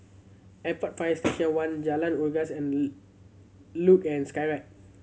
Airport Fire Station One Jalan Unggas and Luge and Skyride